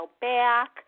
back